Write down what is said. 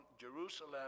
Jerusalem